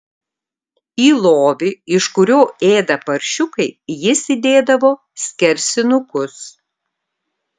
į lovį iš kurio ėda paršiukai jis įdėdavo skersinukus